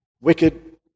wicked